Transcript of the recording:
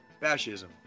Fascism